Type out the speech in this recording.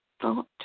Thought